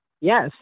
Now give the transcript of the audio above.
yes